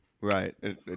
Right